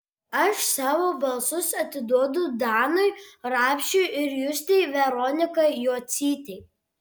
aš savo balsus atiduodu danui rapšiui ir justei veronikai jocytei